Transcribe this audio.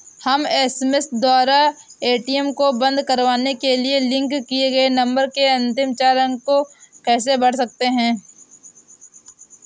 हम एस.एम.एस द्वारा ए.टी.एम को बंद करवाने के लिए लिंक किए गए नंबर के अंतिम चार अंक को कैसे भर सकते हैं?